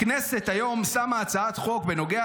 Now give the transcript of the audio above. הכנסת היום שמה הצעת חוק בנוגע